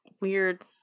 weird